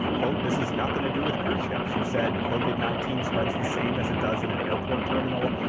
quote, this has nothing to do with cruise ships. he said covered nineteen spreads the same as it does in an airport terminal,